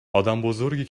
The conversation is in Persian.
آدمبزرگی